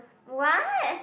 what